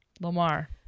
Lamar